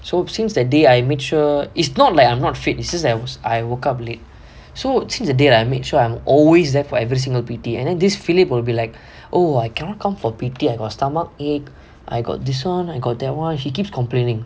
so since that day I made sure is not like I'm not fit is just that I woke up late so since that day I made sure I am always that for every single P_T and then this philip will be like oh I cannot come for P_T I got stomach ache I got this [one] I got that [one] he keep complaining